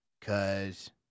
Cause